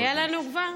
היה לנו כבר?